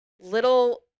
little